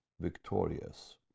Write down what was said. victorious